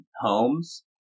homes